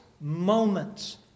moments